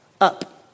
up